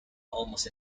almost